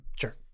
Sure